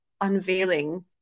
unveiling